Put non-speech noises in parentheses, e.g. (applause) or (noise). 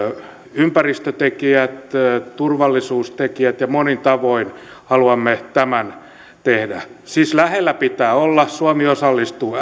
ympäristötekijät ja turvallisuustekijät ja monin tavoin haluamme tämän tehdä siis lähellä pitää olla suomi osallistuu (unintelligible)